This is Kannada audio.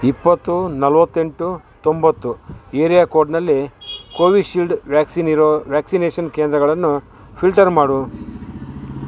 ಇಪ್ಪತ್ತು ನಲ್ವತ್ತೆಂಟು ತೊಂಬತ್ತು ಏರಿಯಾ ಕೋಡ್ನಲ್ಲಿ ಕೋವಿಶೀಲ್ಡ್ ವ್ಯಾಕ್ಸಿನ್ ಇರೋ ವ್ಯಾಕ್ಸಿನೇಷನ್ ಕೇಂದ್ರಗಳನ್ನು ಫಿಲ್ಟರ್ ಮಾಡು